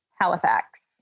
Halifax